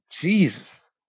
Jesus